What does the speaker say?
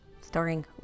starring